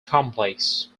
complex